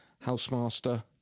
housemaster